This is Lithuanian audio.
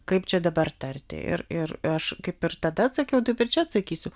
kaip čia dabar tarti ir ir aš kaip ir tada atsakiau taip ir čia atsakysiu